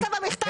כתבת: